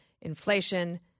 inflation